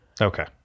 Okay